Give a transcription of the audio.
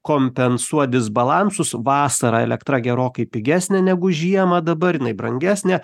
kompensuot disbalansus vasarą elektra gerokai pigesnė negu žiemą dabar jinai brangesnė